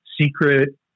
secret